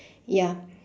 ya